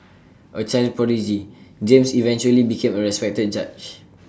A child prodigy James eventually became A respected judge